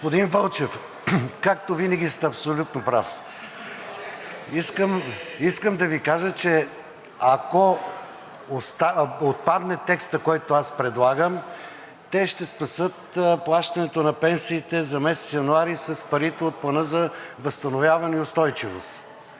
Господин Вълчев, както винаги, сте абсолютно прав! Искам да Ви кажа, че ако отпадне текстът, който аз предлагам, те ще спасят плащането на пенсиите за месец януари с парите от Плана за възстановяване и устойчивост.